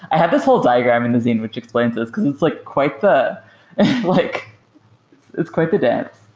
i have this whole diagram in the zine which explains this, because it's like quite the like it's quite the dance.